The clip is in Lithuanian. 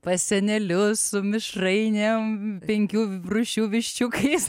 pas senelius mišrainė penkių rūšių viščiukais